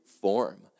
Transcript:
form